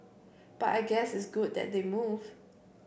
but I guess it's good that they move